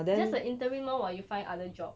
just a interim lor while you find other job